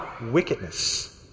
wickedness